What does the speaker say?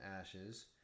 ashes